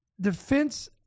defense